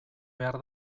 behar